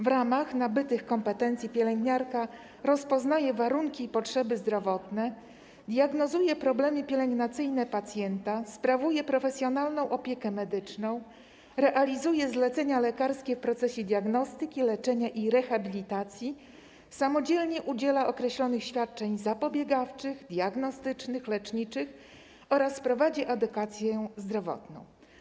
W ramach nabytych kompetencji pielęgniarka rozpoznaje warunki i potrzeby zdrowotne, diagnozuje problemy pielęgnacyjne pacjenta, sprawuje profesjonalną opiekę medyczną, realizuje zlecenia lekarskie w procesie diagnostyki, leczenia i rehabilitacji, samodzielnie udziela określonych świadczeń zapobiegawczych, diagnostycznych, leczniczych oraz prowadzi edukację zdrowotną.